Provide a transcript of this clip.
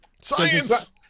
Science